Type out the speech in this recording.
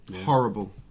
Horrible